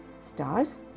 Stars